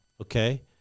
Okay